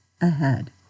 ahead